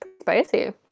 spicy